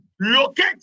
Locate